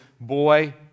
boy